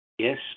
Yes